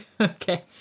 okay